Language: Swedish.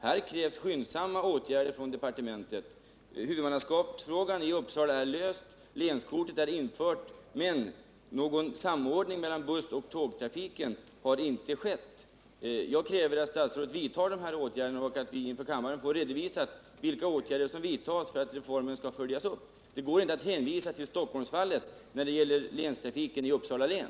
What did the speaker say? Här krävs skyndsamma åtgärder från departementet. Huvudmannaskapsfrågan i Uppsala är löst. Länskort är infört. Men någon samordning mellan bussoch tågtrafik har inte skett. Jag kräver att statsrådet vidtar åtgärder och att vi inför kammaren får redovisat vilka åtgärder som vidtas för att följa upp reformen. Det går inte att hänvisa till Stockholmsfallet när det gäller länstrafiken i Uppsala län.